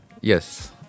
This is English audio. Yes